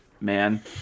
man